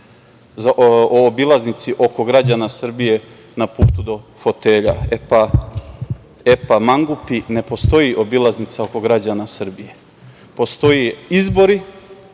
o obilaznici oko građana Srbije na putu do fotelja. E, pa, mangupi, ne postoji obilaznica oko građana Srbije. Postoje izbori,